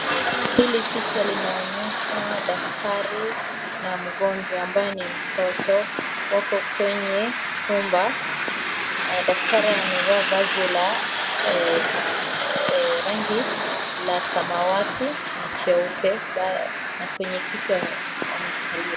Hili picha linaonyesha daktari na mgonjwa ambaye ni mtoto, wako kwenye chumba, daktari amevaa vazi la rangi ya samawati na cheupe na kwenye kiti wamekalia.